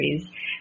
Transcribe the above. countries